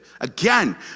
again